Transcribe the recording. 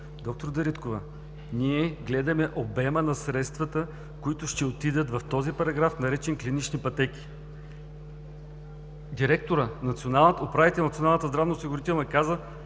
Д-р Дариткова, ние гледаме обема на средствата, които ще отидат в този параграф, наречен „клинични пътеки“. Управителят на Националната здравноосигурителна каса